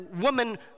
woman